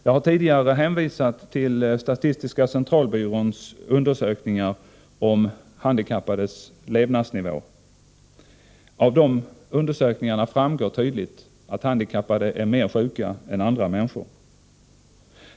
Jag har tidigare hänvisat till statistiska centralbyråns undersökningar om handikappades levnadsnivå. Av de undersökningarna framgår tydligt att handikappade är mer sjuka än andra människor.